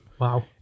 Wow